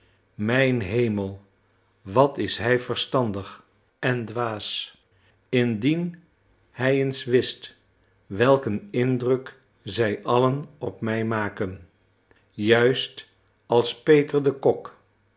mijn hemel wat is hij verstandig en dwaas indien hij eens wist welk een indruk zij allen op mij maken juist als peter de kok